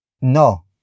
No